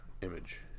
Image